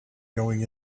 going